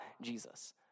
Jesus